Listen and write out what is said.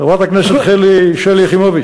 חברת הכנסת שלי יחימוביץ.